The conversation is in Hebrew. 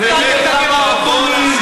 אתם הגדלתם את הגירעון.